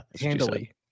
handily